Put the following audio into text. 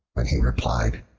when he replied,